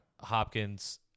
Hopkins